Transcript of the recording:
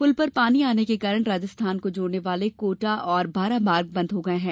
पुल पर पानी आने के कारण राजस्थान को जोड़ने वाले कोटा और बारा मार्ग बंद हो गए हैं